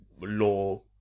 law